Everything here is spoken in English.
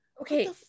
okay